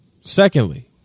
Secondly